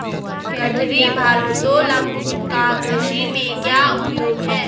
गठरी भारोत्तोलक का कृषि में क्या उपयोग है?